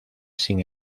sin